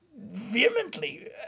vehemently